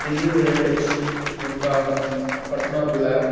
दिल्लीमे रहै अछि हुनका हम पटना बुलाएब